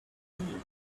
him